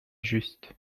juste